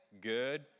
Good